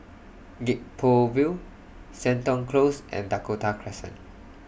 Gek Poh Ville Seton Close and Dakota Crescent